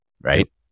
right